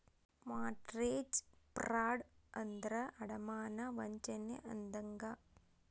mortgage fraud ಅಂದ್ರ ಅಡಮಾನ ವಂಚನೆ ಅಂದಂಗ